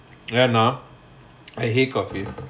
ya no I hate coffee